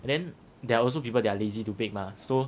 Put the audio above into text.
and then there are also people they're lazy to bake mah so